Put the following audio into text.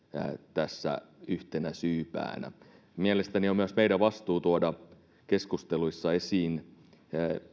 tässä yhtenä syypäänä mielestäni on meidän vastuu tuoda keskusteluissa esiin